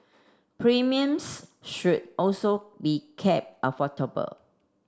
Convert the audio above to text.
premiums should also be kept affordable